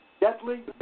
Deathly